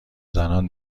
زنان